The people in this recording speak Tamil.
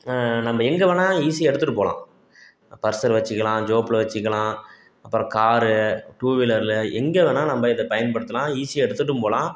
நம்ம எங்கே வேணுணா ஈஸியாக எடுத்துகிட்டு போகலாம் பர்ஸுல் வச்சிக்கலாம் ஜோப்பில் வச்சிக்கலாம் அப்புறம் காரு டூவீலரில் எங்கே வேணுணா நம்ம இதை பயன்படுத்தலாம் ஈஸியாக எடுத்துகிட்டும் போகலாம்